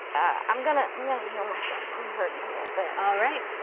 i'm gonna, i'm gonna heal myself, i'm hurtin' a li'l bit. alright,